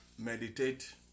Meditate